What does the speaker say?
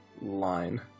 line